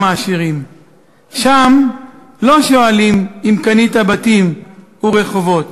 העשירים./ שם לא שואלים אם קנית בתים או רחובות,